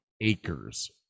acres